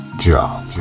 job